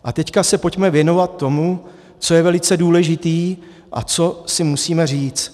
A teď se pojďme věnovat tomu, co je velice důležité a co si musíme říct.